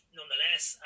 nonetheless